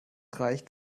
reicht